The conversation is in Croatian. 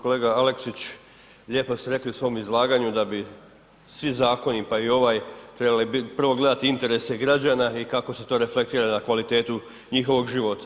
Kolega Aleksić lijepo ste rekli u svom izlaganju da bi svi zakoni, pa i ovaj trebali prvo gledati interese građana i kako se to reflektira na kvalitetu njihova života.